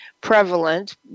prevalent